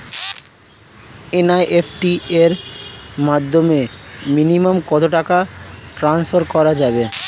NEFT এর মাধ্যমে minimum কত টাকা টান্সফার করা যাবে?